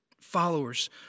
followers